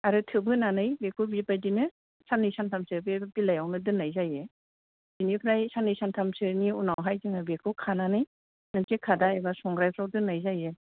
आरो थोबहोनानै बेखौ बेबादिनो सान्नै सानथामसो बे बिलाइयावनो दोन्नाय जायो बिनिफ्राय सान्नै सानथामसोनि उनावहाय जोङो बेखौ खानानै मोनसे खादा एबा संग्रायफ्राव दोन्नाय जायो